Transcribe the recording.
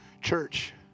church